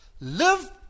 Live